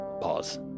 pause